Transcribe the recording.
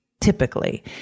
Typically